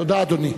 תודה, אדוני.